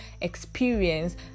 experience